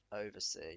oversee